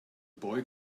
boy